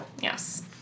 Yes